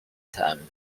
time